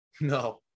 No